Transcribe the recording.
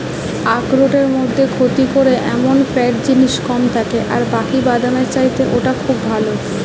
আখরোটের মধ্যে ক্ষতি করে এমন ফ্যাট জিনিস কম থাকে আর বাকি বাদামের চাইতে ওটা খুব ভালো